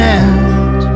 end